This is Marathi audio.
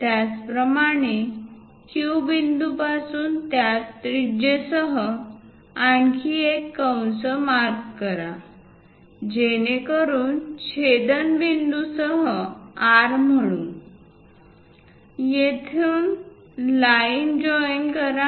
त्याचप्रकारे Q बिंदूपासून त्याच त्रिज्यासह आणखी एक कंस चिन्हांकित करा जेणेकरून छेदनबिंदूस R म्हणू तेथून लाईन जॉईन करा